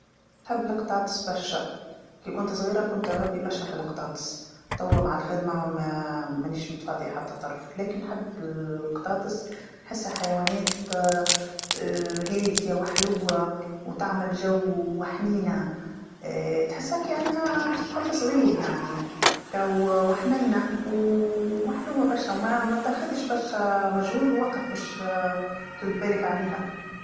نحب القطاطس برشا، كي كنت صغيره كنت نربي برشا فالقطاطس، توا مع الخدمه ما-مانيش متفاضيه حتى طرف، ولكن نحب ال-القطاطس، نحسها حيوانات هاديه وحلوه وتعمل جو وحنينه، تحسها كأنها طفل صغير يعني، وحنينه، وحلوه برشا، وما- ماتاخذش برشا مجهود ووقت باش ترد بالك عليها.